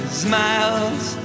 smiles